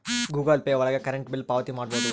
Google Pay ಒಳಗ current bill ಪಾವತಿ ಮಾಡ್ಬೋದು